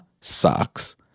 sucks